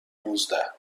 نوزده